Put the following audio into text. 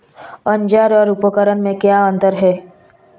औज़ार और उपकरण में क्या अंतर है?